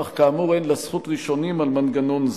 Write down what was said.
אך כאמור אין לה זכות ראשונים על מנגנון זה.